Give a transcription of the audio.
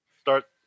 start